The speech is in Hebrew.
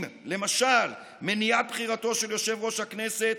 למשל עם מניעת בחירתו של יושב-ראש הכנסת,